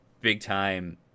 big-time